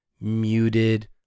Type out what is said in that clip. muted